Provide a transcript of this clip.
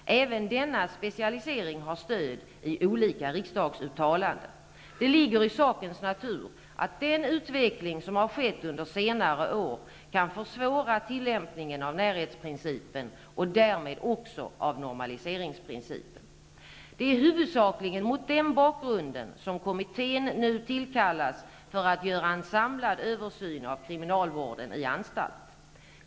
Även denna specialisering har stöd i olika riksdagsuttalanden. Det ligger i sakens natur att den utveckling som har skett under senare år kan försvåra tillämpningen av närhetsprincipen och därmed också av normaliseringsprincipen. Det är huvudsakligen mot den bakgrunden som kommittén nu har tillkallats för att göra en samlad översyn av kriminalvården i anstalt.